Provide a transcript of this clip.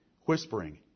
Whispering